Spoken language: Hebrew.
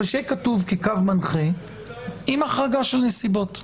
אבל שיהיה כתוב כקו מנחה עם החרגה של נסיבות.